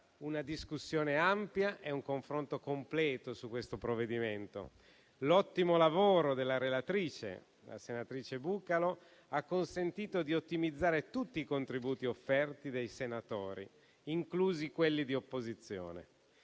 una discussione ampia e un confronto completo su questo provvedimento. L'ottimo lavoro della relatrice, la senatrice Bucalo, ha consentito di ottimizzare tutti i contributi offerti dai senatori, inclusi quelli di opposizione.